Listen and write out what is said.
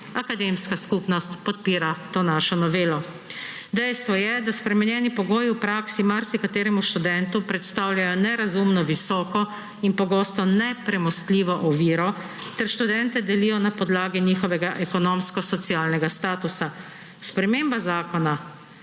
akademska skupnost podpira to našo novelo. Dejstvo je, da spremenjeni pogoji v praksi marsikateremu študentu predstavljajo nerazumno visoko in pogosto nepremostljivo oviro, ter študente delijo na podlagi njihovega ekonomsko-socialnega statusa. Sprememba zakona